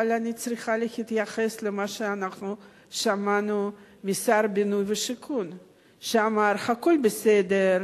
אבל אני צריכה להתייחס למה ששמענו משר הבינוי והשיכון שאמר: הכול בסדר,